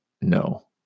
No